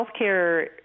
healthcare